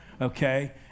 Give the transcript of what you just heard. okay